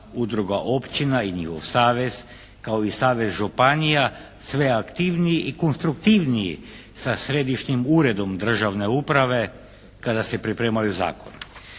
udruga općina i njihov savez, kao i savez županija sve aktivniji i konstruktivniji sa Središnjim uredom državne uprave kada se pripremaju zakoni.